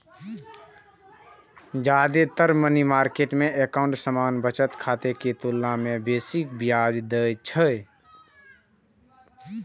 जादेतर money market account सामान्य बचत खाता के तुलना मे बेसी ब्याज दै छै